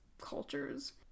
cultures